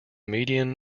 median